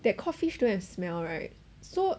that cod fish don't have smell right so